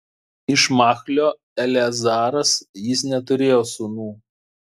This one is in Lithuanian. iš machlio eleazaras jis neturėjo sūnų